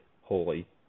holy